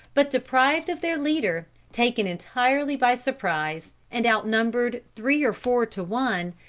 but deprived of their leader, taken entirely by surprise, and outnumbered three or four to one,